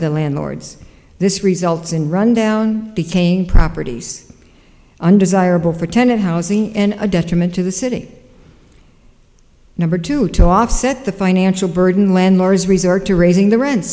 the landlords this results in rundown became properties undesirable for tenant housing and a detriment to the city number two to offset the financial burden when mars resort to raising the rent